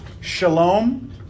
shalom